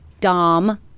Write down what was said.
Dom